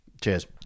Cheers